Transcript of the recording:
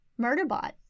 Murderbot